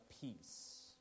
peace